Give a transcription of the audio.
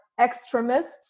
extremists